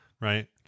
Right